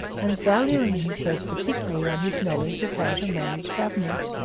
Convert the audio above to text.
and valuing himself particularly on his knowledge of how to manage governors